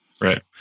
Right